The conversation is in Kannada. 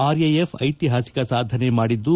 ಆರ್ಎಎಫ್ ಐತಿಹಾಸಿಕ ಸಾಧನೆ ಮಾಡಿದ್ದು